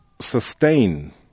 sustain